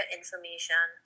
information